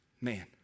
man